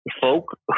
folk